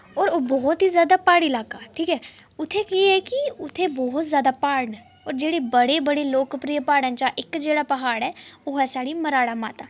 और ओह् बहुत गै जैदा प्हाड़ी इलाका ऐ ठीक ऐ उत्थै केह् ऐ कि उत्थै बहुत जैदा प्हाड़ न और जेह्ड़े बड्डे बड्डे लोकप्रिय प्हाड़ें चा इक जेह्ड़ा प्हाड़ ऐ ओह् ऐ साढ़ी मराह्ड़ा माता